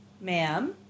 ma'am